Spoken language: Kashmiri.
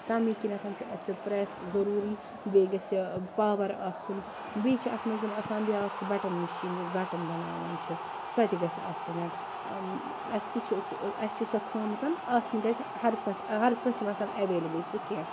تَمے کِنیٚتھ چھُ اسہِ پریٚس ضرٗوری بیٚیہِ گَژھہ پاور آسُن بیٚیہِ چھِ اتھ منٛز آسان بیاکھ چھِ بٹن مِشیٖن یُس بٹن بَناوان چھِ سۄ تہِ گَژھہ آسٕنۍ اسہ تہِ چھُ سُہ اسہِ چھِ سۄ تھامٕژ آسٕنۍ گَژھہ ہر کٲنٛسہِ ہر کٲنٛسہ چھُنہٕ آسان ایٚولیبٕل سُہ کیٚنٛہہ